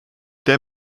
der